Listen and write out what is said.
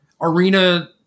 Arena